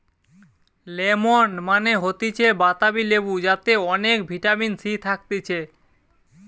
lemon মানে হতিছে বাতাবি লেবু যাতে অনেক ভিটামিন সি থাকতিছে